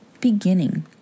beginning